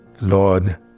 Lord